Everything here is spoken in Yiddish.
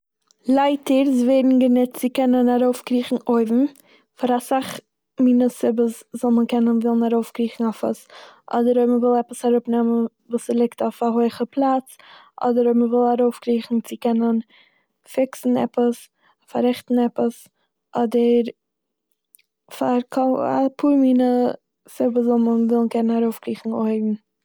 מ- לייטערס ווערן גענוצט צו קענען ארויפקריכן אויבן פאר אסאך מינע סיבות זאל מען קענען- ווילן ארויפקריכן אויף עס. אדער אויב מ'וויל עפעס אראפנעמען וואס ס'ליגט אויף א הויעכע פלאץ, אדער אויב מ'וויל ארויפקריכן צו קענען פיקסן עפעס- פארעכטן עפעס, אדער פאר כל- אפאר מינע סיבות זאל מען ווילן- קענען ארויפקריכן אויבן.